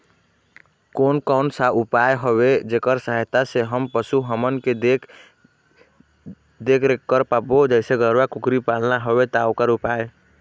कोन कौन सा उपाय हवे जेकर सहायता से हम पशु हमन के देख देख रेख कर पाबो जैसे गरवा कुकरी पालना हवे ता ओकर उपाय?